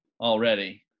already